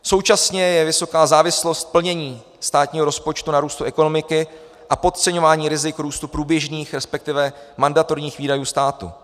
Současně je vysoká závislost plnění státního rozpočtu na růstu ekonomiky a podceňování rizik růstu průběžných, respektive mandatorních výdajů státu.